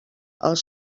els